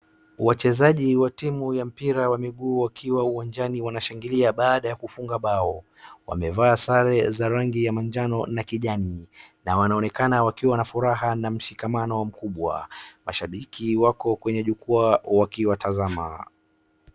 Wachezaji wa timu ya mpira wa miguu wakiwa uwanjani wanashangilia bada ya kufunga bao. Wamevaa sare za rangi ya majano na kijani na wanaonekana wakiwa na furaha na mshikamano mkubwa. Mashabiki wako kwenye jukwaa wakiwatazama.